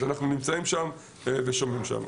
אנחנו נמצאים שם ושומעים את זה.